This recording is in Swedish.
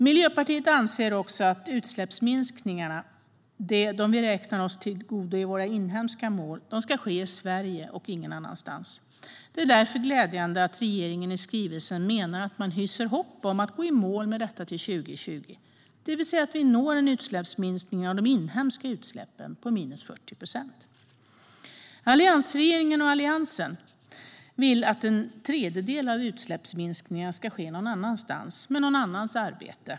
Miljöpartiet anser också att utsläppsminskningarna, dem vi tillgodoräknar oss i vårt inhemska mål, ska ske i Sverige och ingen annanstans. Det är därför glädjande att regeringen i skrivelsen hyser hopp om att gå i mål med detta till 2020, det vill säga att vi kommer att nå en utsläppsminskning av de inhemska utsläppen på 40 procent. Alliansen ville att en tredjedel av utsläppsminskningarna skulle ske någon annanstans, genom någon annans arbete.